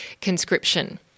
conscription